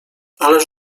ależ